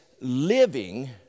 living